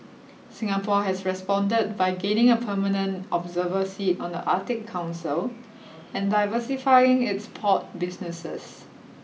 Singapore has responded by gaining a permanent observer seat on the Arctic Council and diversifying its port businesses